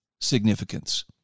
significance